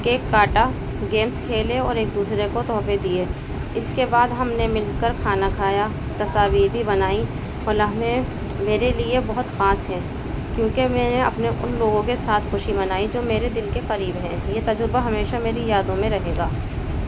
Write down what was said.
cake کاٹا games کھیلے اور ایک دوسرے کو تحفے دیے اس کے بعد ہم نے مل کر کھانا کھایا تصاویر بھی بنائی وہ لمحے میرے لیے بہت خاص ہیں کیونکہ میں نے اپنے ان لوگوں کے ساتھ خوشی منائی جو میرے دل کے قریب ہیں یہ تجربہ ہمیشہ میری یادوں میں رہے گا